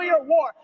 war